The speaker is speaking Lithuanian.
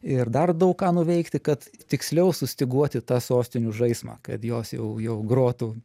ir dar daug ką nuveikti kad tiksliau sustyguoti tą sostinių žaismą kad jos jau jau grotų